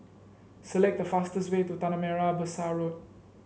select the fastest way to Tanah Merah Besar Road